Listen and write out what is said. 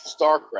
Starcraft